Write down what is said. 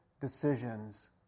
decisions